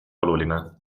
oluline